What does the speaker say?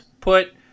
put